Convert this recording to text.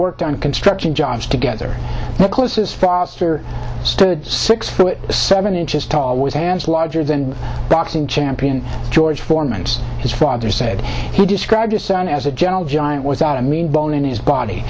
worked on construction jobs together the closest foster stood six foot seven inches tall was hands larger than boxing champion george foreman his father said he described his son as a gentle giant was not a mean bone in his body